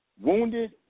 Wounded